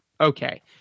okay